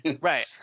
right